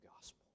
gospel